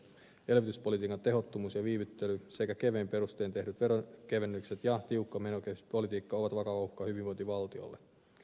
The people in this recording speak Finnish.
elvytyspolitiikan tehottomuus ja viivyttely sekä kevein perustein tehdyt veronkevennykset ja tiukka menokehyspolitiikka ovat vakava uhka hyvinvointivaltiolle